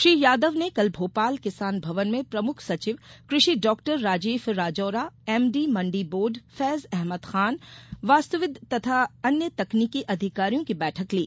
श्री यादव ने कल भोपाल किसान भवन में प्रमुख सचिव कृषि doctor Rajesh Rajora MD mandi board Faiz Ahmad Khan वास्तुविद तथा अन्य तकनीकी अधिकारियों की बैठक ली